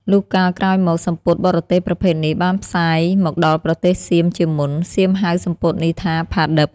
លុះកាលក្រោយមក សំពត់បរទេសប្រភេទនេះ បានផ្សាយមកដល់ប្រទេសសៀមជាមុន សៀមហៅសំពត់នេះថា ផាឌិប។